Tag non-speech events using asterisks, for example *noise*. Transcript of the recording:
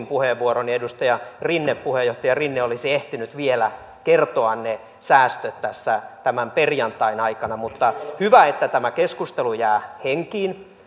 *unintelligible* puheenvuoron ja edustaja rinne puheenjohtaja rinne olisi ehtinyt vielä kertoa ne säästöt tässä tämän perjantain aikana mutta hyvä että tämä keskustelu jää henkiin *unintelligible*